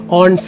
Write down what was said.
on